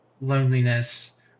loneliness